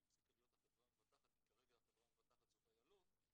היא הפסיקה להיות החברה המבטחת כי כרגע החברה המבטחת זאת איילון,